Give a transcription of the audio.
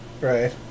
Right